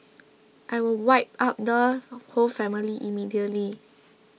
I will wipe out the whole family immediately